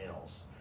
else